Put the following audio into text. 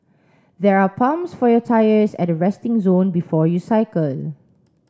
there are pumps for your tyres at the resting zone before you cycle